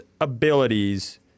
abilities